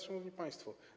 Szanowni państwo!